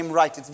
right